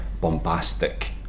bombastic